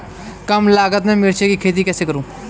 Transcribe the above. कम लागत में मिर्च की खेती कैसे करूँ?